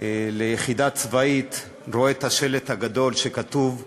ליחידה צבאית ראה את השלט הגדול שכתוב בו: